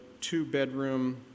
two-bedroom